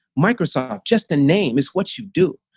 microsoft just a name is what you do.